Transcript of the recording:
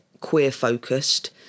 queer-focused